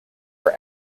for